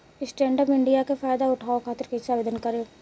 Stand up India के फाइदा उठाओ खातिर कईसे आवेदन करेम?